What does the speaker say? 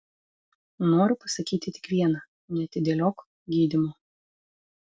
noriu pasakyti tik viena neatidėliok gydymo